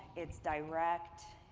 it's direct,